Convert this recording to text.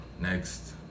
Next